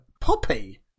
Poppy